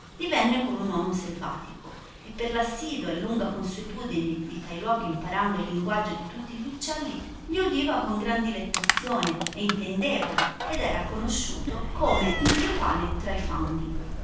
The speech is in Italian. alcuna divenne come un uomo selvatico e per l assiduo a lunga consuetudine di tai luoghi imparando il linguaggio di tutti gli uccelli gli udiva con gran dilettazione e intendevali ed era conosciuto come il dio pane tra i fauni